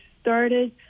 started